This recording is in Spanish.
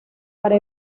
para